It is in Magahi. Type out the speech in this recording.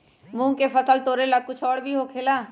मूंग के फसल तोरेला कुछ और भी होखेला?